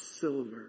silver